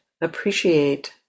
appreciate